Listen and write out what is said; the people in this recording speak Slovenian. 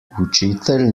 učitelj